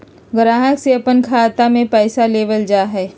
ग्राहक से अपन खाता में पैसा लेबल जा हइ